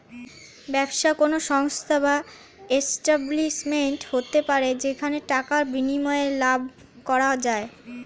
ব্যবসা কোন সংস্থা বা এস্টাব্লিশমেন্ট হতে পারে যেখানে টাকার বিনিময়ে লাভ করা যায়